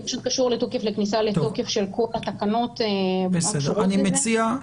זה פשוט קשור לכניסה לתוקף של התקנות הקשורות לזה,